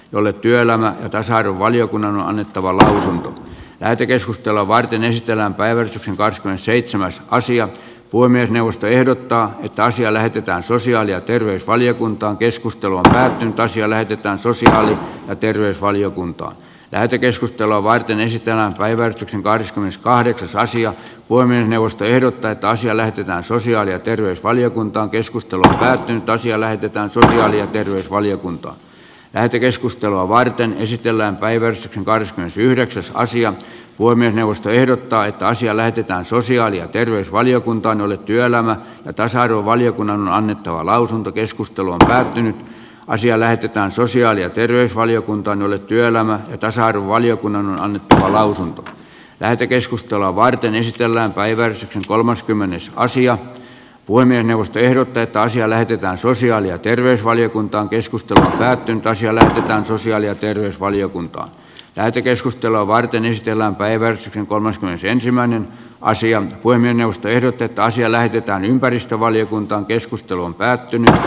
oli työelämän tasa arvovaliokunnan annettavalla lähetekeskustelua varten ystävänpäivä on seitsemäs asiat poimien neuvosto ehdottaa että asia näytetään sosiaali ja terveysvaliokuntaa keskustelua tai toisia näytetään sosiaali ja terveysvaliokuntaa lähetekeskustelua varten esittää päivä kahdeskymmeneskahdeksas aasia kuin neuvosto ehdottaa että asia näytetään sosiaali ja terveysvaliokuntaa keskustelua kiintoisia lähetetään sotaan ja terveysvaliokunta päätti keskustelua varten esitellään päivä kahdeskymmenesyhdeksäs aasian voimme neuvosto ehdottaa että asia näytetään sosiaali ja terveysvaliokunta oli työelämän tasa arvovaliokunnan annettava lausunto keskustelua tällä välin asia lähetetään sosiaali ja terveysvaliokunta oli työelämän tasa arvovaliokunnan on että lausunto lähetekeskustelua varten esitellään päivä kolmaskymmenes raisio puhemiesneuvosto ehdottaa että asia näytetään sosiaali ja terveysvaliokuntaan keskusta tähtää työntää siellä sosiaali ja terveysvaliokuntaan käyty keskustelua varten ei siellä everstin kolmaskymmenesensimmäinen asia kuin minusta erotetaan siellä ketään ympäristövaliokunta keskustelun päättymistä